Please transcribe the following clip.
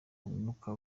umwuka